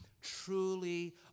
truly